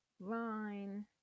line